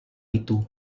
itu